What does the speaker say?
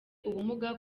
ubumuga